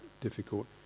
difficult